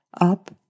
up